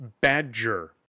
Badger